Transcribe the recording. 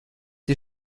ihr